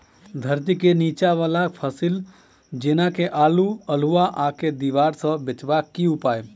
धरती केँ नीचा वला फसल जेना की आलु, अल्हुआ आर केँ दीवार सऽ बचेबाक की उपाय?